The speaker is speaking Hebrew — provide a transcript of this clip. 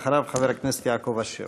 אחריו, חבר הכנסת יעקב אשר.